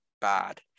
bad